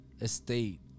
estate